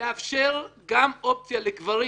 לאפשר גם אופציה לגברים